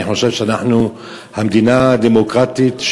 אני חושב שאנחנו מדינה דמוקרטית,